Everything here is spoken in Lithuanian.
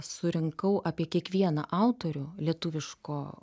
surinkau apie kiekvieną autorių lietuviško